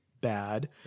bad